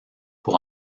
pour